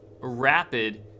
rapid